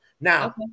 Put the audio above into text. Now